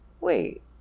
wait